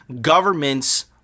governments